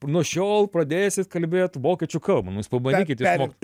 nuo šiol pradėsit kalbėt vokiečių kalbą nu jūs pabandykit išmokt